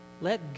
Let